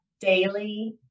daily